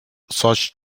such